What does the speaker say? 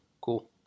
cool